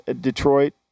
Detroit